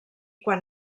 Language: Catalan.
quan